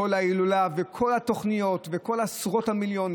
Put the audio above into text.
כל ההילולה וכל התוכניות וכל עשרות המיליונים